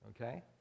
Okay